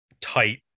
tight